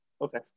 Okay